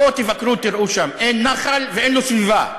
בואו תבקרו שם ותראו, אין נחל ואין לו סביבה.